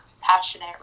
passionate